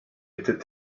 était